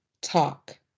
Talk